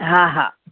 हा हा